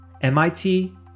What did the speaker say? MIT